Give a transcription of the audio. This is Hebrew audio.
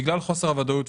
בגלל חוסר הוודאות,